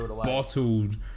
bottled